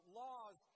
laws